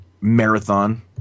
marathon